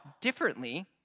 differently